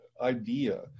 idea